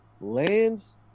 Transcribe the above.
lands